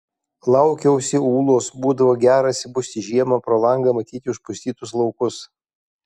laukiausi ūlos būdavo gera atsibusti žiemą pro langą matyti užpustytus laukus